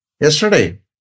yesterday